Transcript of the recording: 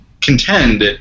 contend